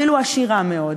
אפילו עשירה מאוד,